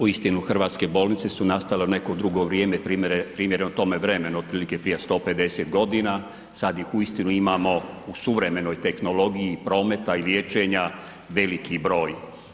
Uistinu hrvatske bolnice su nastale u neko drugo vrijeme primjereno tome vremenu otprilike prije 150 godina, sad ih uistinu imamo u suvremenoj tehnologiji prometa i liječenja veliki broj.